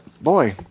boy